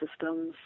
systems